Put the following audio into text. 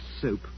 soup